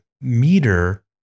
meter